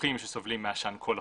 סמוכים שסובלים מעשן כל החורף,